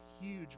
huge